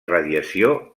radiació